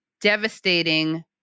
devastating